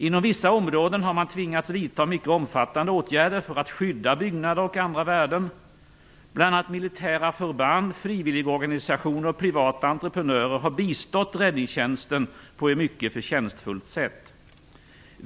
Inom vissa områden har man tvingats vidta mycket omfattande åtgärder för att skydda byggnader och andra värden. Bl.a. militära förband, frivilligorganisationer och privata entreprenörer har bistått räddningstjänsten på ett mycket förtjänstfullt sätt.